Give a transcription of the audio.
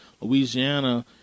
louisiana